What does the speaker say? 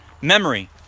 memory